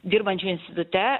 dirbančių institute